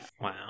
wow